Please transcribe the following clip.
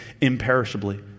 imperishably